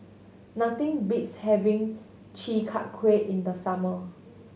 nothing beats having Chi Kak Kuih in the summer